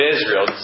Israel